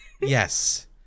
Yes